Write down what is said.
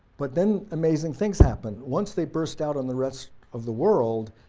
but then amazing things happened, once they burst out on the rest of the world,